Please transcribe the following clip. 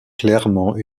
clairement